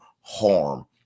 harm